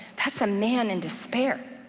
that's a man in despair,